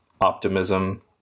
optimism